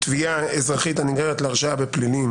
תביעה אזרחית הנגררת להרשעה בפלילים,